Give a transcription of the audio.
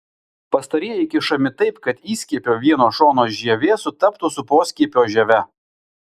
pastarieji kišami taip kad įskiepio vieno šono žievė sutaptų su poskiepio žieve